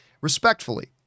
respectfully